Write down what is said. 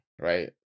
right